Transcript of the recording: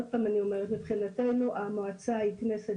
שוב אני אומרת שמבחינתנו המועצה היא כנסת